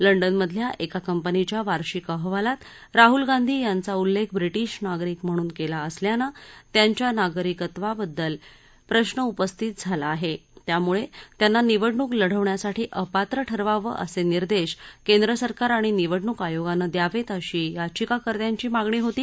लंडनमधल्या एका कंपनीच्या वार्षिक अहवालात राहल गांधी यांचा उल्लेख ब्रिटिश नागरिक म्हणून केला असल्यानं त्यांच्या नागरिकत्वाबद्दल प्रश्न उपस्थित झाला आहे त्यामुळे त्यांना निवडणूक लढवण्यासाठी अपात्र ठरवावं असे निर्देश केंद्रसरकार आणि निवडणूक आयोगानं द्यावेत अशी याचिकाकर्त्यांची मागणी होती